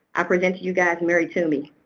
i present to you guys, mary twomey.